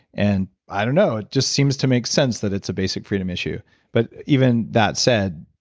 and i don't know it just seems to make sense that it's a basic freedom issue but even that said,